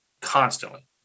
constantly